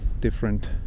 different